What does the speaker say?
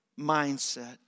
mindset